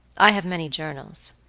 i have many journals,